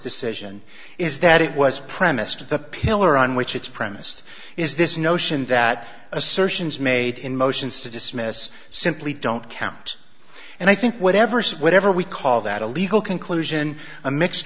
decision is that it was premised of the pillar on which it's premised is this notion that assertions made in motions to dismiss simply don't count and i think whatever so whatever we call that a legal conclusion a mixed